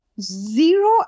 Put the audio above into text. zero